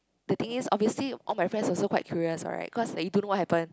the thing is obviously all my friends also quite curious right cause they don't know what happen